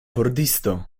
pordisto